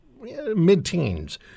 mid-teens